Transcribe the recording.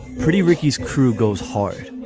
pretty ricky's crew goes hard.